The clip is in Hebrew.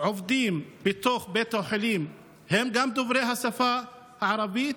שעובדים בתוך בית החולים הם גם דוברי השפה הערבית,